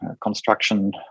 construction